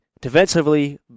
defensively